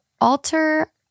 alter